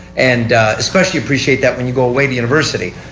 and especially appreciate that when you go way to university.